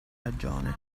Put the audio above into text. ragione